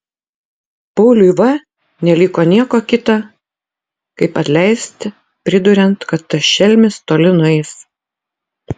pauliui v neliko nieko kita kaip atleisti priduriant kad tas šelmis toli nueis